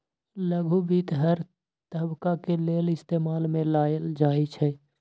लघु वित्त हर तबका के लेल इस्तेमाल में लाएल जाई छई